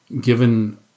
Given